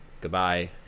goodbye